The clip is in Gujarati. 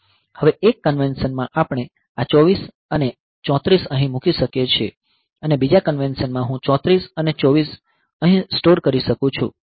હવે એક કન્વેન્શન માં આપણે આ 24 અહીં અને 34 અહીં મૂકી શકીએ છીએ અને બીજા કન્વેન્શનમાં હું 34 અહીં અને 24 અહીં સ્ટોર કરી શકું છું